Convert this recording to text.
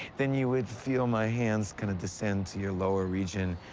then you would feel my hands kind of descend to your lower region,